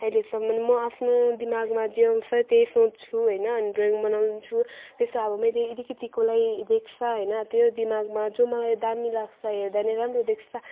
अहिलेसम्म म आफ्नो दिमागमा जे आउँछ त्यही सोच्छु होइन अनि ड्रइङ बनाउँछु त्यस्तो अब मैले अलिकति कसलाई देख्छ होइन त्यो दिमागमा जो मलाई दामी लाग्छ हेर्दा पनि राम्रो देख्छ